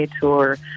tour